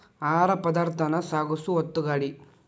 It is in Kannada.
ಆಹಾರ ಪದಾರ್ಥಾನ ಸಾಗಸು ಒತ್ತುಗಾಡಿ